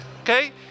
okay